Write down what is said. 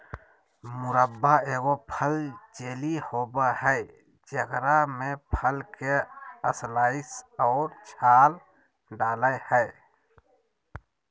मुरब्बा एगो फल जेली होबय हइ जेकरा में फल के स्लाइस और छाल डालय हइ